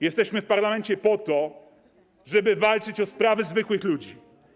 Jesteśmy w parlamencie po to, żeby walczyć o sprawy zwykłych ludzi.